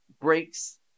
breaks